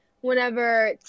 whenever